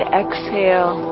exhale